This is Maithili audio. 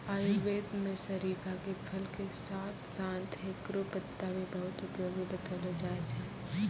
आयुर्वेद मं शरीफा के फल के साथं साथं हेकरो पत्ता भी बहुत उपयोगी बतैलो जाय छै